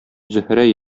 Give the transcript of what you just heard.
зөһрә